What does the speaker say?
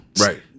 right